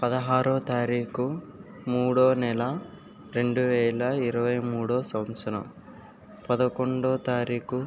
పదహారవ తారీఖు మూడోనెల రెండువేల ఇరవై మూడో సంవత్సరం పదకొండవ తారీఖు